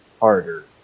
harder